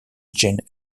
jane